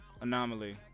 Anomaly